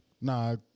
Nah